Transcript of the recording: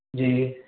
جی